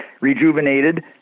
rejuvenated